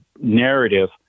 narrative